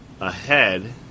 Ahead